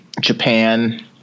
Japan